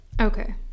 Okay